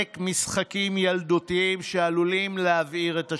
משחקים ילדותיים שעלולים להבעיר את השטח.